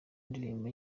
indirimbo